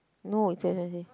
no it's expensive